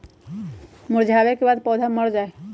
मुरझावे के बाद पौधा मर जाई छई